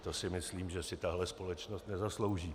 To si myslím, že si tahle společnost nezaslouží.